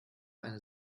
eine